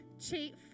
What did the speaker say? chief